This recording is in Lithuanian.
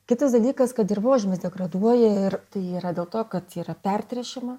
kitas dalykas kad dirvožemis degraduoja ir tai yra dėl to kad yra pertręšiama